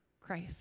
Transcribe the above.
Christ